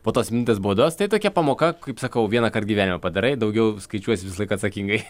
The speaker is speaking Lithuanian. po tos minutės baudos tai tokia pamoka kaip sakau vienąkart gyvenime padarai daugiau skaičiuosi visą laiką atsakingai